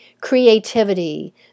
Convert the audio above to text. creativity